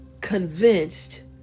convinced